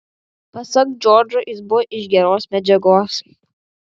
pasak džordžo jis buvo iš geros medžiagos